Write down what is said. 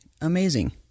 amazing